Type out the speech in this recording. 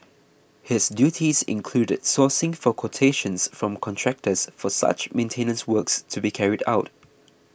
his duties included sourcing for quotations from contractors for such maintenance works to be carried out